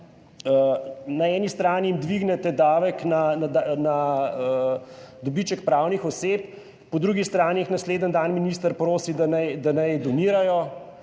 na eni strani jim dvignete davek na dobiček pravnih oseb, po drugi strani jih naslednji dan minister prosi, naj da naj donirajo,